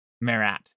Marat